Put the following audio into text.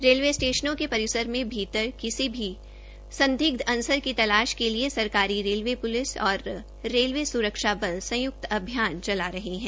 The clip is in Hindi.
रेलवे स्टेश्नों के परिसर के भीतर किसी भी संदिग्ध् अनसर की तलाश के लिए सरकारी रेलवे पुलिस और रेलवे सुरक्षा बल संयुक्त अभियान चला रहे है